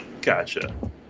Gotcha